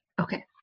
Okay